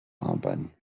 arbeiten